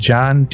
John